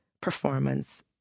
performance